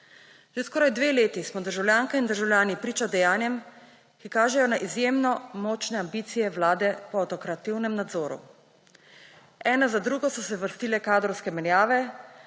Že skoraj 2 leti smo državljanke in državljani priča dejanjem, ki kažejo na izjemno močne ambicije vlade po avtokratskem nadzoru. Ena za drugo so se vrstile kadrovske menjave,